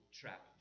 trap